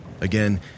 Again